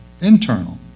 internal